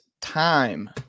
time